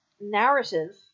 narrative